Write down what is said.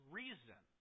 reason